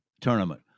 tournament